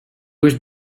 was